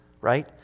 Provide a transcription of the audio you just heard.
right